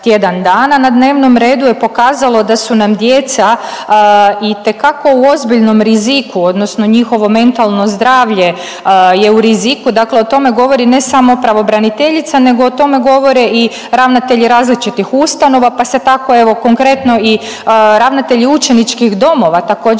na dnevnom redu je pokazalo da su nam djeca itekako u ozbiljnom riziku odnosno njihovo mentalno zdravlje je u riziku, dakle o tome govori, ne samo pravobraniteljica nego o tome govore i ravnatelji različitih ustanova, pa se tako, evo, konkretno i ravnatelji učeničkih domova također,